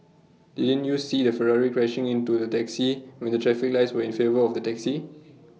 didn't you see the Ferrari crashing into the taxi when the traffic lights were in favour of the taxi